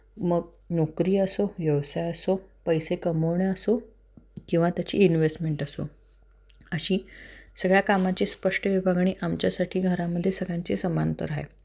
मग नोकरी असो व्यवसाय असो पैसे कमवणे असो किवा त्याची इन्व्हेस्टमेंट असो अशी सगळ्या कामाची स्पष्ट विभागणी आमच्यासाठी घरामध्ये सगळ्यांची समांतर आहे